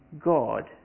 God